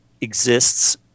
exists